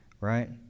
right